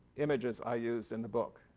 images i used in the book,